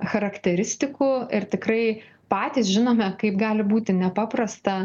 charakteristikų ir tikrai patys žinome kaip gali būti nepaprasta